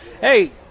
hey